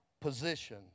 position